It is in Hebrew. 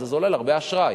זה זולל הרבה אשראי.